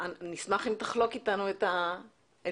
נשמח אם תחלוק איתנו את הממצאים.